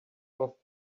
off